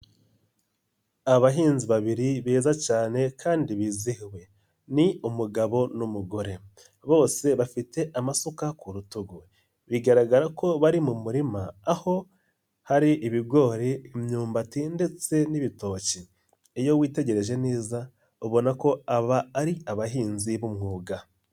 Abahinzi babiri beza cyane kandi bizihiwe ni umugabo n'umugore, bose bafite amasuka ku rutugu bigaragara ko bari mu murima aho hari ibigori, imyumbati ndetse n'ibitoki, iyo witegereje neza ubona ko aba ari abahinzi b'umwuga.